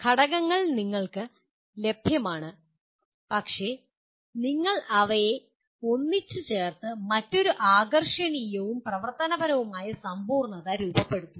ഘടകങ്ങൾ നിങ്ങൾക്ക് ലഭ്യമാണ് പക്ഷേ നിങ്ങൾ അവയെ ഒന്നിച്ച് ചേർത്ത് മറ്റൊരു ആകർഷണീയവും പ്രവർത്തനപരവുമായ സമ്പൂർണ്ണത രൂപപ്പെടുത്തുന്നു